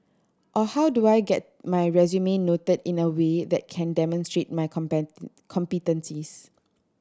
or how do I get my resume noted in a way that can demonstrate my competencies